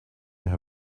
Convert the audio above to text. her